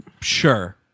sure